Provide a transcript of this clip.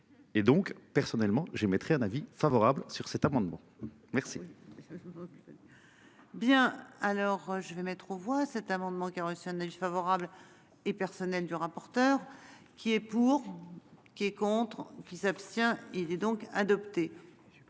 Et donc personnellement j'émettrai un avis favorable sur cet amendement, merci. Je vois plus. Bien alors je vais mettre aux voix cet amendement qui a reçu un avis favorable et personnel du rapporteur. Qui est pour. Qui est contre qui s'abstient. Il est donc adopté.